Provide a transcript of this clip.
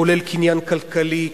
כולל קניין כלכלי,